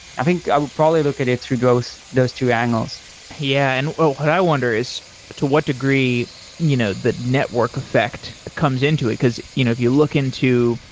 i think, i would probably look at it through those those two angles yeah. and what i wonder is to what degree you know the network effect comes into it? because you know if you look into,